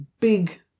big